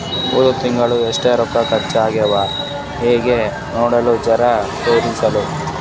ಹೊದ ತಿಂಗಳ ಎಷ್ಟ ರೊಕ್ಕ ಖರ್ಚಾ ಆಗ್ಯಾವ ಹೆಂಗ ನೋಡದು ಜರಾ ತೋರ್ಸಿ ಸರಾ?